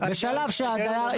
בשלב שהדייר,